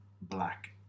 black